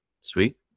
Sweet